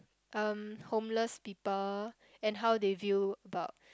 um homeless people and how they view about